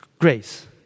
grace